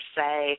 say